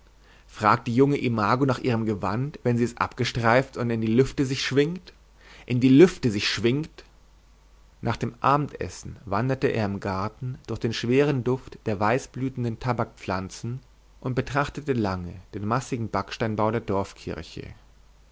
fragt die junge imago nach ihrem gewand wenn sie es abstreift und in die lüfte sich schwingt in die lüfte sich schwingt nach dem abendessen wanderte er im garten durch den schweren duft der weißblühenden tabakpflanzen und betrachtete lange den massigen backsteinbau der dorfkirche